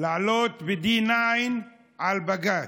לעלות ב-D-9 על בג"ץ.